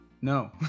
No